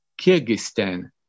Kyrgyzstan